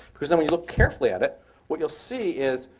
because when you look carefully at it what you'll see is,